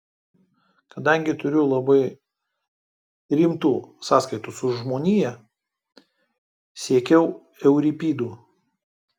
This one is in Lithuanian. kadangi turiu labai rimtų sąskaitų su žmonija sekiau euripidu